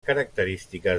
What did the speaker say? característiques